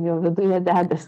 jo viduje dedasi